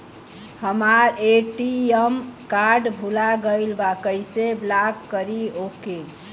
हमार ATM card भूला गईल बा कईसे ब्लॉक करी ओके?